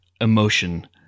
emotion